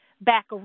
back